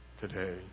today